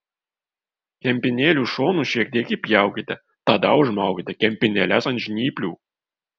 kempinėlių šonus šiek tiek įpjaukite tada užmaukite kempinėles ant žnyplių